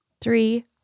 three